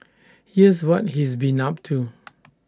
here's what he's been up to